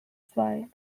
zwei